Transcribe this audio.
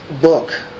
book